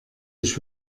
ich